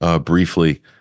briefly